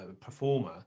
performer